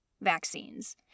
vaccines